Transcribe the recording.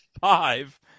five